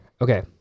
Okay